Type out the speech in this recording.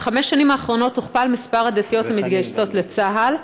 בחמש השנים האחרונות הוכפל מספר הדתיות המתגייסות לצה"ל.